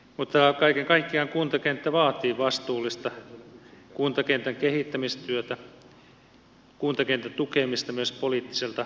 mutta kaiken kaikkiaan kuntakenttä vaatii vastuullista kuntakentän kehittämistyötä kuntakentän tukemista myös poliittiselta päättäjätaholta